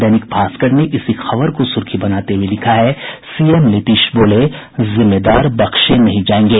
दैनिक भास्कर ने इसी खबर को सुर्खी बनाते हुए लिखा है सीएम नीतीश बोले जिम्मेदार बख्शे नहीं जायेंगे